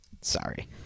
Sorry